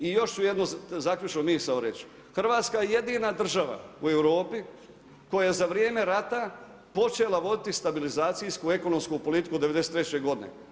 I još ću jednu zaključnu misao reći, Hrvatska je jedina država u Europi koja je za vrijeme rata počela voditi stabilizacijsku, ekonomsku politiku od '93. godine.